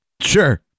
sure